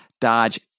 Dodge